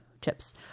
chips